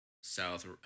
South